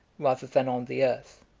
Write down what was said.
rather than on the earth.